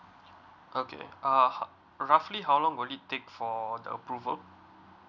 okay uh roughly how long will it take for the approval